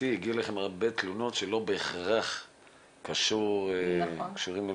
הגיעו אליכם הרבה תלונות שלא בהכרח קשורים אליכם.